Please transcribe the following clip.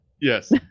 Yes